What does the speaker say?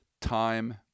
time